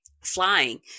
flying